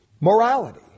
morality